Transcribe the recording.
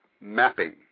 mapping